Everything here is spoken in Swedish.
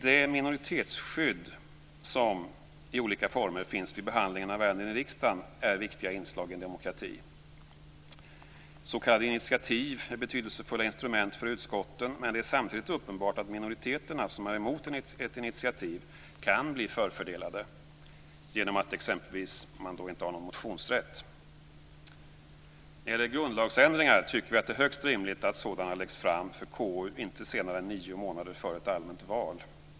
Det minoritetsskydd som i olika former finns vid behandling av ärenden i riksdagen är viktiga inslag i en demokrati. S.k. initiativ är betydelsefulla instrument för utskotten, men det är samtidigt uppenbart att minoriteter som är emot ett initiativ kan bli förfördelade genom att det exempelvis inte finns någon motionsrätt. Vi tycker att det är högst rimligt att grundlagsändringar läggs fram för KU inte senare än nio månader före ett allmänt val.